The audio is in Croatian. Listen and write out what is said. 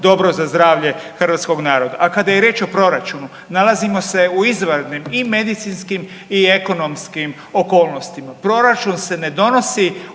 dobro za zdravlje hrvatskog naroda. A kada je riječ o proračunu, nalazimo se u izvanrednim i medicinskim i ekonomskim okolnostima. Proračun se ne donosi